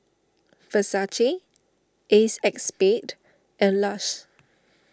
Versace Acexspade and Lush